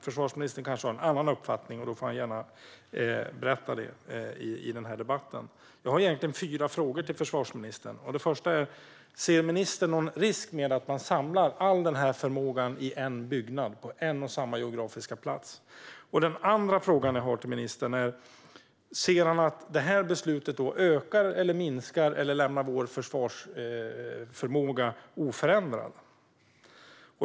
Försvarsministern kanske har en annan uppfattning, och då får han gärna berätta det i debatten. Jag har egentligen fyra frågor till försvarsministern. Den första är om ministern ser någon risk med att man samlar all denna förmåga i en byggnad på en och samma geografiska plats. Den andra frågan jag har till ministern är om han anser att detta beslut ökar eller minskar vår försvarsförmåga eller lämnar vår försvarsförmåga oförändrad.